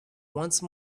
once